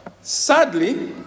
sadly